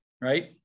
right